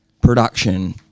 production